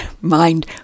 mind